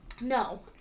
No